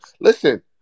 Listen